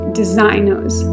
designers